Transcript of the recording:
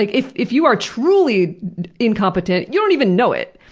like if if you are truly incompetent, you don't even know it!